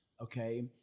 okay